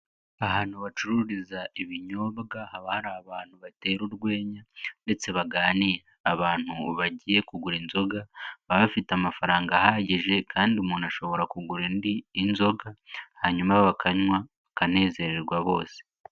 Ahantu bacururiza ibinyobwa haba hari abantu batera urwenya ndetse baganira. Abantu bagiye kugura inzoga baba bafite amafaranga ahagije kandi umuntu ashobora kugura indi nzoga hanyuma bakanywa bakanezererwa rwose.